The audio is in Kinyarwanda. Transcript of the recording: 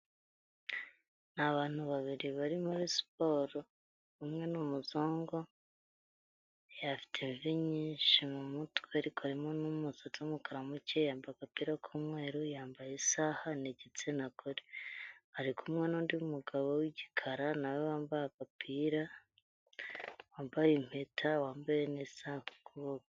Ni abantu babiri bari muri siporo, umwe ni umuzungu, afite imvi nyinshi mu mutwe, ariko harimo n'umusatsi w'umukara mukeya, yambaye agapira k'umweru, yambaye isaha, ni igitsina gore. Ari kumwe n'undi mugabo w'igikara na we wambaye agapira, wambaye impeta, wambaye n'isaha ku kuboko.